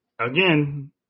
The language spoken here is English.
again